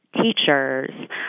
teachers